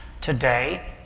today